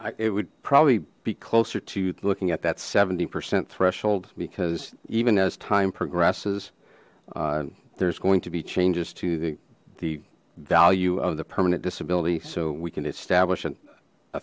it would probably be closer to looking at that seventy percent threshold because even as time progresses there's going to be changes to the the value of the permanent disability so we can establish